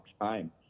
time